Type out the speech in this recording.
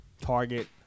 Target